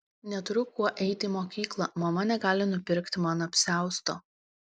neturiu kuo eiti į mokyklą mama negali nupirkti man apsiausto